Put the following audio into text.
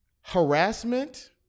harassment